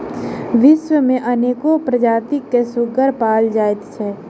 विश्व मे अनेको प्रजातिक सुग्गर पाओल जाइत छै